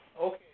Okay